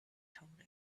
told